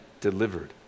delivered